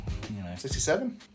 67